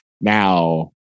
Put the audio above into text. now